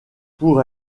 pour